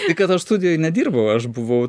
tai kad aš studijoj nedirbau aš buvau